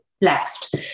left